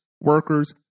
workers